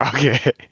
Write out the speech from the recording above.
Okay